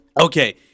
Okay